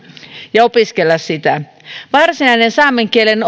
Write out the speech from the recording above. ja opiskella sitä varsinaiseen saamen kielen